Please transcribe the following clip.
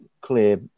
clear